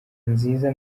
nziza